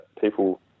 people